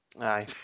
Aye